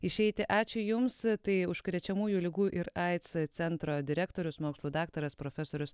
išeiti ačiū jums tai užkrečiamųjų ligų ir aids centro direktorius mokslų daktaras profesorius